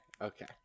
Okay